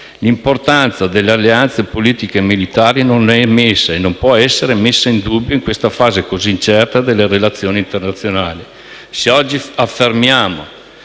L'importanza delle alleanze politiche e militari non è messa e non può essere messa in dubbio in questa fase così incerta delle relazioni internazionali.